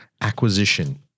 acquisition